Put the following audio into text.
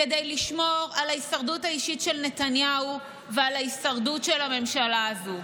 כדי לשמור על ההישרדות האישית של נתניהו ועל ההישרדות של הממשלה הזו.